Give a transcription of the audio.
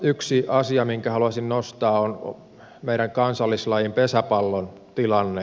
yksi asia minkä haluaisin nostaa on meidän kansallislajin pesäpallon tilanne